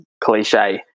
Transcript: cliche